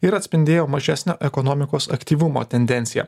ir atspindėjo mažesnio ekonomikos aktyvumo tendenciją